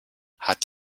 hat